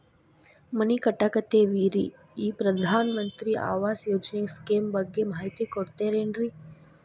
ಮನಿ ಕಟ್ಟಕತೇವಿ ರಿ ಈ ಪ್ರಧಾನ ಮಂತ್ರಿ ಆವಾಸ್ ಯೋಜನೆ ಸ್ಕೇಮ್ ಬಗ್ಗೆ ಮಾಹಿತಿ ಕೊಡ್ತೇರೆನ್ರಿ?